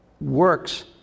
works